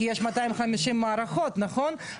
כי יש 250 מערכות נכון?